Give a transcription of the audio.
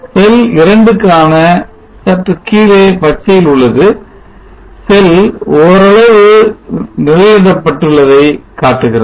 செல் இரண்டுக்கான சற்று கீழே பச்சையில் உள்ளது செல் 2 ஓரளவு நிழலிடப்பட்டுள்ளதை காட்டுகிறது